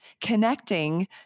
connecting